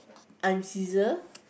I'm Ceasar